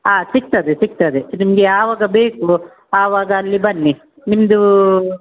ಹಾಂ ಸಿಗ್ತದೆ ಸಿಗ್ತದೆ ನಿಮಗೆ ಯಾವಾಗ ಬೇಕು ಆವಾಗ ಅಲ್ಲಿ ಬನ್ನಿ ನಿಮ್ದು